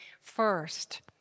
First